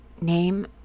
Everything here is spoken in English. Name